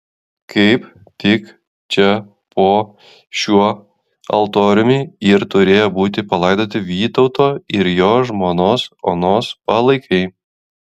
kaip tik čia po šiuo altoriumi ir turėję būti palaidoti vytauto ir jo žmonos onos palaikai